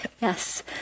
yes